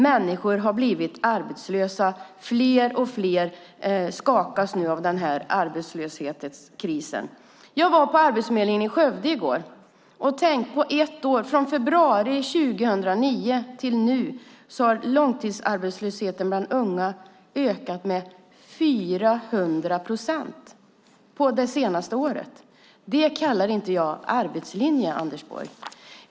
Människor har blivit arbetslösa. Fler och fler skakas nu av arbetslöshetskrisen. Jag var på Arbetsförmedlingen i Skövde i går. På ett år, från februari 2009 till nu, har långtidsarbetslösheten bland unga ökat med 400 procent. Det kallar jag inte arbetslinje, Anders Borg.